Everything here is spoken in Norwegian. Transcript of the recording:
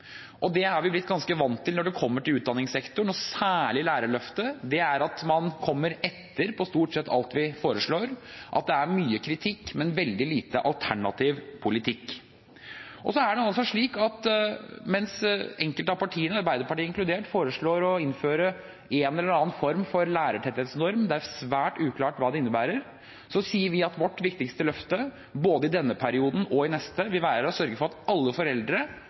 Det vi har blitt ganske vant til når det handler om utdanningssektoren, og særlig Lærerløftet, er at man kommer etter på stort sett alt vi foreslår. Det er mye kritikk, men veldig lite alternativ politikk. Det er altså slik at mens enkelte av partiene, Arbeiderpartiet inkludert, foreslår å innføre en eller annen form for lærertetthetsnorm – det er svært uklart hva det innebærer – sier vi at vårt viktigste løfte både i denne perioden og i neste vil være å sørge for at alle foreldre